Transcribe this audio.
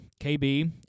KB